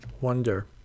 wonder